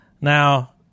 Now